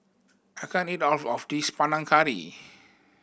I can't eat all of this Panang Curry